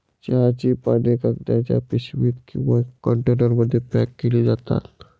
चहाची पाने कागदाच्या पिशवीत किंवा कंटेनरमध्ये पॅक केली जातात